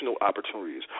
opportunities